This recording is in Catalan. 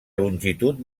longitud